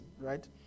right